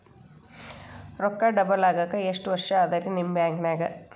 ರೊಕ್ಕ ಡಬಲ್ ಆಗಾಕ ಎಷ್ಟ ವರ್ಷಾ ಅದ ರಿ ನಿಮ್ಮ ಬ್ಯಾಂಕಿನ್ಯಾಗ?